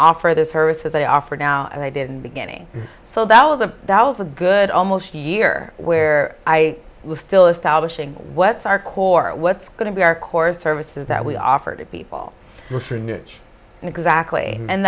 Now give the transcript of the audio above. offer their services they offer now and i didn't beginning so that was a good almost a year where i was still establishing what's our core what's going to be our core services that we offer to people exactly and